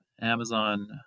Amazon